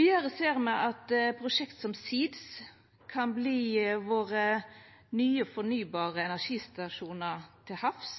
Vidare ser me at prosjekt som ZEEDS kan verta våre nye fornybare energistasjonar til